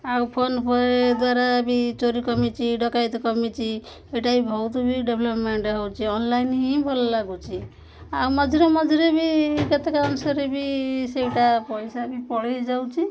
ଆଉ ଫୋନପେ ଦ୍ୱାରା ବି ଚୋରି କମିଛି ଡକାୟତ କମିଛି ଏଇଟା ବି ବହୁତ ବି ଡେଭଲପମେଣ୍ଟ ହଉଛି ଅନଲାଇନ୍ ହିଁ ଭଲ ଲାଗୁଛି ଆଉ ମଝିରେ ମଝିରେ ବି କେତେକ ଅଂଶରେ ବି ସେଇଟା ପଇସା ବି ପଳେଇ ଯାଉଛି